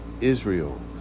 Israel